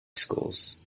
schools